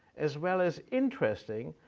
as well as interesting,